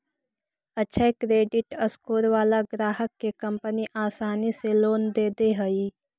अक्षय credit score वाला ग्राहक के कंपनी आसानी से लोन दे दे हइ